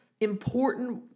important